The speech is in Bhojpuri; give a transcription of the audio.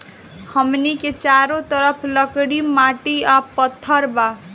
हमनी के चारो तरफ लकड़ी माटी आ पत्थर बा